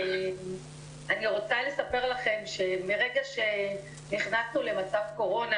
אני רוצה לספר לכם שמרגע שנכנסנו למצב קורונה